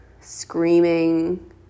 screaming